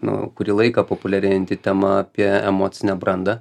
nu kurį laiką populiarėjanti tema apie emocinę brandą